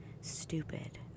stupid